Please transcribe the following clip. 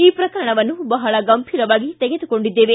ಈ ಪ್ರಕರಣವನ್ನು ಬಹಳ ಗಂಭೀರವಾಗಿ ತೆಗೆದುಕೊಂಡಿದ್ದೇವೆ